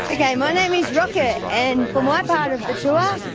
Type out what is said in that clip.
like name ah name is rocket. and for my part of the tour,